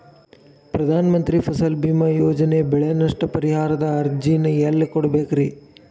ಪ್ರಧಾನ ಮಂತ್ರಿ ಫಸಲ್ ಭೇಮಾ ಯೋಜನೆ ಬೆಳೆ ನಷ್ಟ ಪರಿಹಾರದ ಅರ್ಜಿನ ಎಲ್ಲೆ ಕೊಡ್ಬೇಕ್ರಿ?